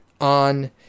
on